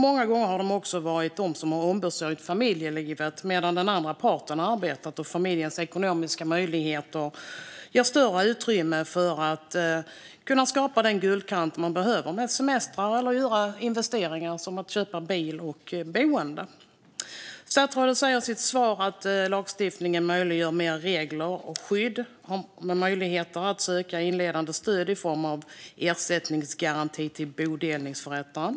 Många gånger har kvinnan varit den som har ombesörjt familjelivet medan den andra parten har arbetat och gett familjen ekonomiska möjligheter och större utrymme för att skapa den guldkant man behöver, till exempel med semestrar och investeringar som att köpa bil och ett boende. Statsrådet säger i sitt svar att lagstiftningen med regler och skydd ger möjlighet att söka inledande stöd i form av ersättningsgaranti till bodelningsförrättaren.